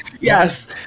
Yes